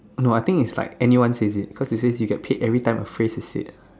no I think is like anyone is it cause you said you get paid every time a phrase is said